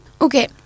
Okay